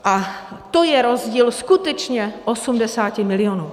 A to je rozdíl skutečně osmdesáti milionů.